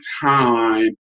time